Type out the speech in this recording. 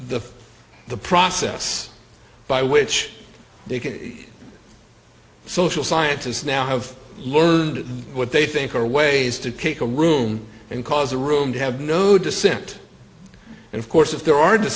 the the process by which they can be social scientists now have learned what they think are ways to take a room and cause a room to have no dissent and of course if there are